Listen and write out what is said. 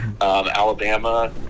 Alabama